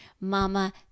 Mama